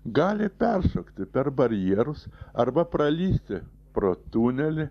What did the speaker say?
gali peršokti per barjerus arba pralįsti pro tunelį